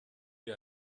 wie